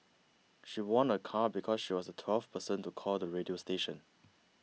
she won a car because she was twelfth person to call the radio station